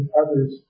others